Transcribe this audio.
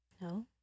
No